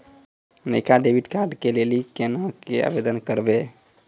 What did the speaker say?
नयका डेबिट कार्डो लै लेली केना के आवेदन करबै?